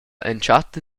entschatta